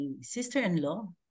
sister-in-law